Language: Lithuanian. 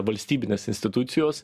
valstybinės institucijos